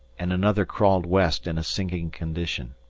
and another crawled west in a sinking condition.